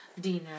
dinner